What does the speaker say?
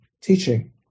teaching